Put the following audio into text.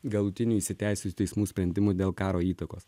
galutinių įsiteisėjusių teismų sprendimų dėl karo įtakos